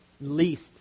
least